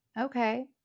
Okay